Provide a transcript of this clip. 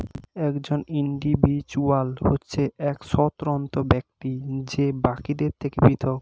একজন ইন্ডিভিজুয়াল হচ্ছে এক স্বতন্ত্র ব্যক্তি যে বাকিদের থেকে পৃথক